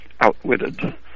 outwitted